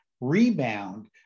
rebound